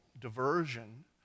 diversion